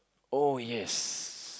oh yes